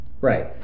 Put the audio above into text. Right